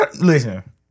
Listen